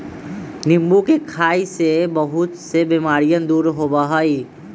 नींबू के खाई से बहुत से बीमारियन दूर होबा हई